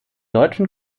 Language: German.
deutschen